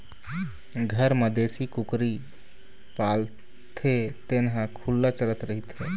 घर म देशी कुकरी पालथे तेन ह खुल्ला चरत रहिथे